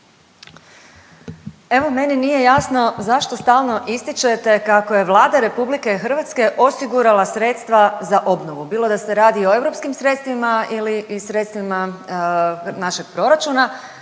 Evo, meni nije jasno zašto stalno ističete kako je Vlada RH osigurala sredstva za obnovu, bilo da se radi o europskim sredstvima ili i sredstvima našeg proračuna.